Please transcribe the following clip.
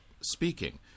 speaking